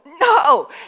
No